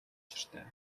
учиртай